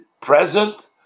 present